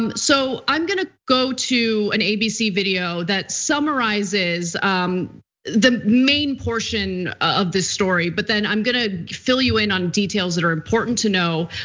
um so i'm gonna go to an abc video that summarizes the main portion of this story, but then i'm gonna fill you in on details that are important to know.